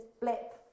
blip